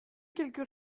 quelques